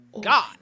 god